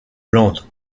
lente